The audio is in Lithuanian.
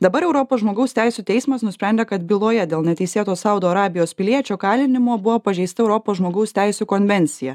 dabar europos žmogaus teisių teismas nusprendė kad byloje dėl neteisėto saudo arabijos piliečio kalinimo buvo pažeista europos žmogaus teisių konvencija